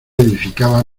edificaba